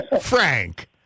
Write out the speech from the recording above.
Frank